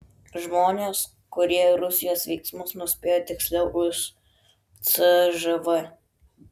žmonės kurie rusijos veiksmus nuspėja tiksliau už cžv